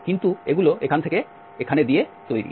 কিন্তু এগুলো এখান থেকে এখানে দিয়ে তৈরি